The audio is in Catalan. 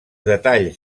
detalls